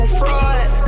fraud